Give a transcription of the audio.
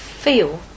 feel